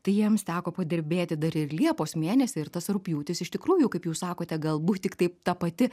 tai jiems teko padirbėti dar ir liepos mėnesį ir tas rugpjūtis iš tikrųjų kaip jūs sakote galbūt tiktai ta pati